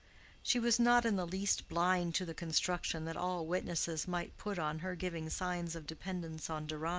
she was not in the least blind to the construction that all witnesses might put on her giving signs of dependence on deronda,